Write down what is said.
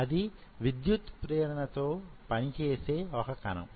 అది విద్యుత్ ప్రేరణ తో పనిచేసే ఒక కణం